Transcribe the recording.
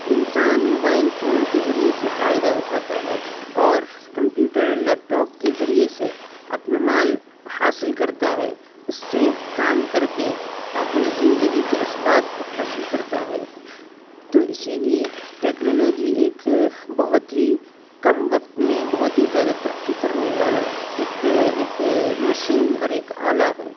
انسان mobile phone کے ذریعے سے فائدہ اٹھاتا ہے اور کمپیوٹر لیپ ٹاپ کے ذریعے سے اپنے مال حاصل کرتا ہے اس سے کام کر کے اپنے زندگی کے اسباب کو حاصل کرتا ہے تو اسی لیے ٹیکنالوجی ایک بہت ہی کم وقت میں بہت ہی زیادہ ترقی کرنے والا ایک ایک مشین اور ایک اعلیٰ ہے